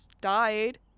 died